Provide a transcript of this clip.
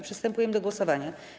Przystępujemy do głosowania.